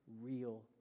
real